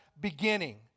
beginning